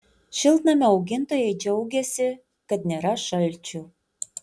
šiltnamių augintojai džiaugiasi kad nėra šalčių